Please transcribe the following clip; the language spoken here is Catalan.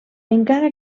encara